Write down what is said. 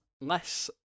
less